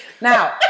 Now